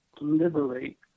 liberate